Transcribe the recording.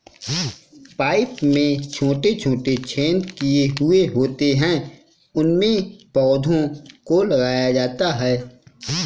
pipe में छोटे छोटे छेद किए हुए होते हैं उनमें पौधों को लगाया जाता है